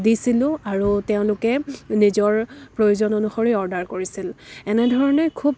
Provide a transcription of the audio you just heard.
দিছিলোঁ আৰু তেওঁলোকে নিজৰ প্ৰয়োজন অনুসৰি অৰ্ডাৰ কৰিছিল এনেধৰণে খুব